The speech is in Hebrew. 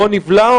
בוא נבלום,